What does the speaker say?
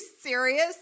serious